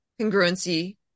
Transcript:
congruency